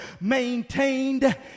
maintained